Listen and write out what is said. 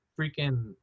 freaking